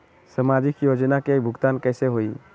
समाजिक योजना के भुगतान कैसे होई?